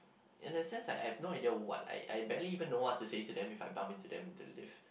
in the sense like I have no idea what like I barely even know what to say to them if I bump into them to the lift